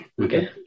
Okay